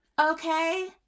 okay